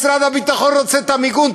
משרד הביטחון רוצה את המיגון.